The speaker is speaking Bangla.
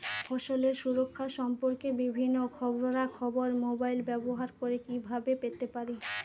ফসলের সুরক্ষা সম্পর্কে বিভিন্ন খবরা খবর মোবাইল ব্যবহার করে কিভাবে পেতে পারি?